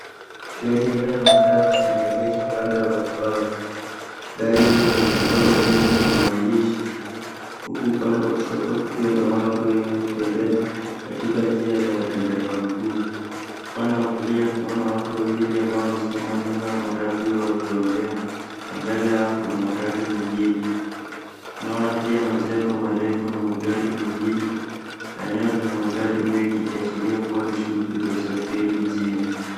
Gari aina ya matatu limeegeshwa kando ya barabara. Gari hilo lina michoro mingi na maandishi uku upande wa kushoto kukiwa na watu wengi wakitembea katika njia la wapita kwa mguu. Upande wa kulia, tunawaona watu wawili ambao wamesimama nyuma ya matatu hiyo wakiongea na mbele yao kuna matatu nyingine. Tunaona pia majengo marefu na magari mengine na eneo lina magari mengi ikiashiria kuwa ni shughuli za usafiri mjini.